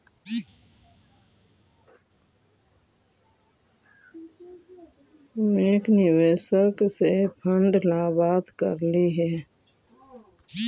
हम एक निवेशक से फंड ला बात तो करली हे